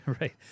Right